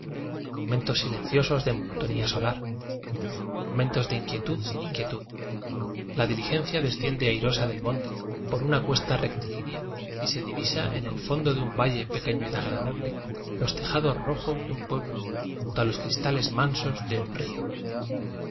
momentos silenciosos de monotonía solar momentos de inquietud sin inquietud la diligencia desciende airosa del monte por una cuesta rectilínea y se divisa en el fondo de un va lle pequeño y agradable los tejados rojos de un pueblo junto a los cristales mansos de un río